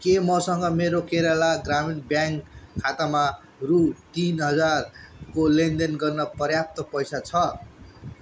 के मसँग मेरो केरला ग्रामीण ब्याङ्क खातामा रु तिन हजारको लेनदेन गर्न पर्याप्त पैसा छ